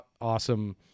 awesome